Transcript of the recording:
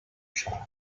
shop